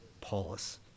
Paulus